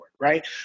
right